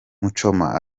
muchoma